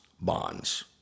bonds